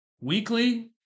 weekly